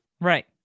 Right